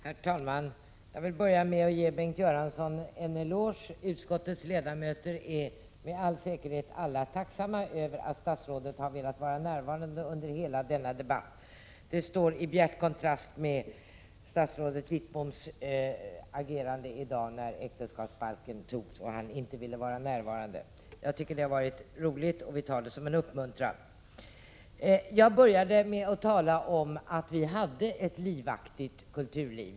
Herr talman! Jag vill börja med att ge Bengt Göransson en eloge. Utskottets samtliga ledamöter är med all säkerhet tacksamma över att statsrådet har velat vara närvarande under hela denna debatt. Det står i bjärt kontrast till statsrådet Wickboms agerande när äktenskapsbalken debatterades i dag, då denne inte ville vara närvarande. Jag tycker att det har varit roligt med Bengt Göranssons närvaro, och vi tar det som en uppmuntran.